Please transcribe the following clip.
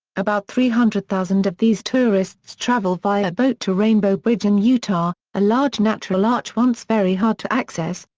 about three hundred thousand of these tourists travel via boat to rainbow bridge in utah, a large natural arch once very hard to access,